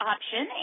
Option